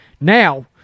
Now